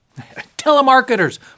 telemarketers